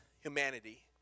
humanity